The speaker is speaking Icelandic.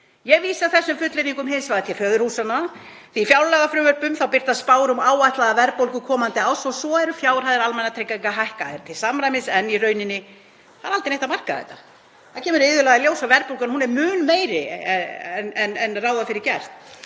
Ég vísa þessum fullyrðingum hins vegar til föðurhúsanna því að í fjárlagafrumvörpum birtast spár um áætlaða verðbólgu komandi árs og svo eru fjárhæðir almannatrygginga hækkaðar til samræmis en í rauninni er aldrei neitt að marka þetta. Það kemur iðulega í ljós að verðbólgan er mun meiri en ráð var fyrir gert.